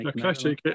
Okay